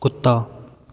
ਕੁੱਤਾ